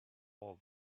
all